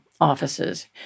offices